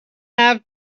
have